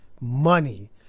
money